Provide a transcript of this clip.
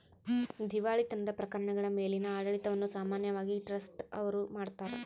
ದಿವಾಳಿತನದ ಪ್ರಕರಣಗಳ ಮೇಲಿನ ಆಡಳಿತವನ್ನು ಸಾಮಾನ್ಯವಾಗಿ ಟ್ರಸ್ಟಿ ಅವ್ರು ಮಾಡ್ತಾರ